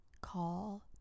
call